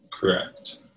Correct